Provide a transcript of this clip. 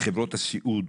חברות הסיעוד,